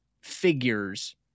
figures